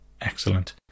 excellent